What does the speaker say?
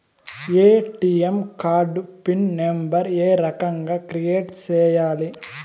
ATM card PIN number ఏ రకంగా create సేయాలి